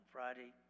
Friday